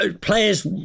players